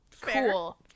Cool